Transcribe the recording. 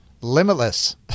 Limitless